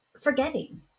Forgetting